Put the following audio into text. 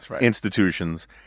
institutions